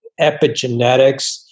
epigenetics